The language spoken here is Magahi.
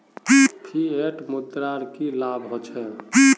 फिएट मुद्रार की लाभ होचे?